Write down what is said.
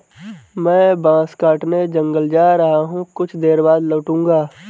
मैं बांस काटने जंगल जा रहा हूं, कुछ देर बाद लौटूंगा